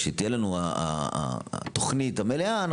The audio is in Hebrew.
כשתהיה לנו התוכנית המלאה,